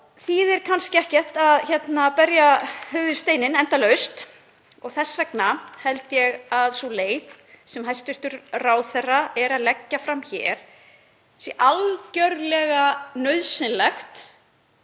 þýðir kannski ekkert að berja höfðinu við steininn endalaust og þess vegna held ég að sú leið sem hæstv. ráðherra er að leggja fram hér sé algerlega nauðsynlegt